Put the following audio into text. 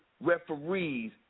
referees